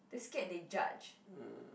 they scared they judge